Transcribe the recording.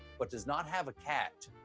but does not have a cat.